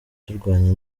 turwanya